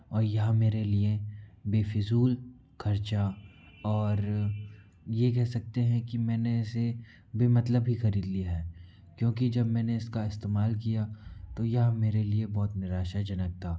और यह मेरे लिये बेफिज़ूल खर्चा और ये कह सकते हैं कि मैंने इसे बेमतलब ही खरीद लिया है क्योंकि जब मैने इसका इस्तेमाल किया तो यह मेरे लिये बहुत निराशाजनक था